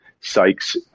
Sykes